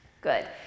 good